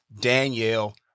Danielle